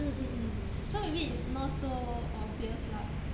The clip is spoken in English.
mm mm mm so maybe it's not so obvious lah